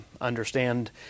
understand